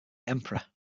emperor